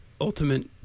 Ultimate